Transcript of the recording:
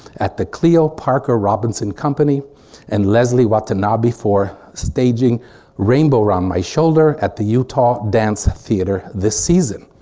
at the cleo parker robinson company and leslie watanabe for staging rainbow around my shoulder at the utah dance theatre this season.